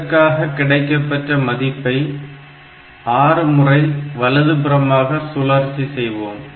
இதற்காக கிடைக்கப்பெற்ற மதிப்பை ஆறுமுறை வலது புறமாக சுழற்சி செய்வோம்